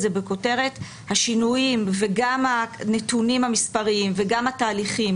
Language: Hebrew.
זה בכותרת השינויים וגם הנתונים המספריים וגם התהליכים